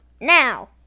now